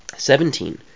Seventeen